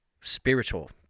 Spiritual